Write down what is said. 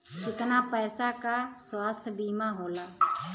कितना पैसे का स्वास्थ्य बीमा होला?